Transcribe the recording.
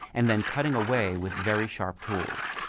and then cutting away with very sharp tools.